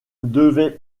devait